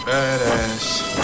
Badass